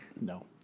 No